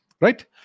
right